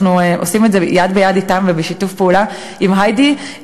אנחנו עושים את זה יד ביד אתם ובשיתוף פעולה עם היידי,